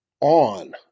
on